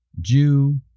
Jew